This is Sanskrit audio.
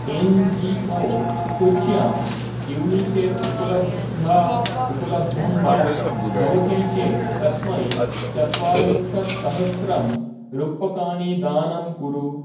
एन् जी ओ सूच्यां यूनिषेप् उपलब्धा उपलब्धं वा भवति चेत् तस्मै चत्वरिंशत्सहस्रंरूप्यकाणि दानं कुरु